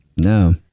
no